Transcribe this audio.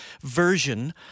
version